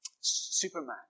Superman